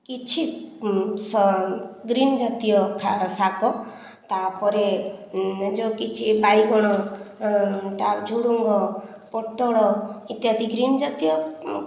କିଛି ଗ୍ରୀନ ଜାତୀୟ ଶାଗ ତାପରେ ଯେଉଁ କିଛି ବାଇଗଣ ଝୁଡ଼ଙ୍ଗ ପୋଟଳ ଇତ୍ୟାଦି ଗ୍ରୀନ୍ ଜାତୀୟ